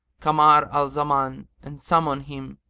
kamar al-zaman, and summon him